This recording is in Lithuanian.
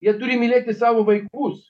jie turi mylėti savo vaikus